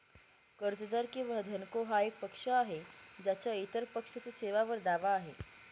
कर्जदार किंवा धनको हा एक पक्ष आहे ज्याचा इतर पक्षाच्या सेवांवर दावा आहे